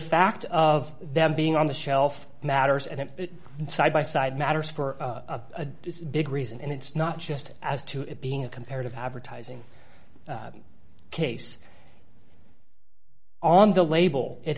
fact of them being on the shelf matters and side by side matters for a big reason and it's not just as to it being a comparative advertising case on the label it